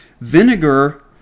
Vinegar